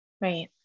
Right